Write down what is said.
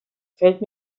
fällt